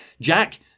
Jack